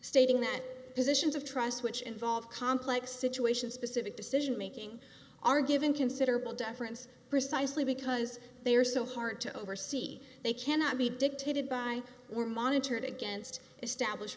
stating that positions of trust which involve complex situations specific decision making are given considerable deference precisely because they are so hard to oversee they cannot be dictated by were monitored against established